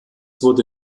wurde